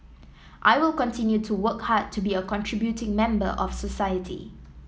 I will continue to work hard to be a contributing member of society